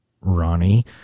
Ronnie